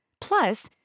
plus